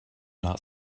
not